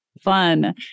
fun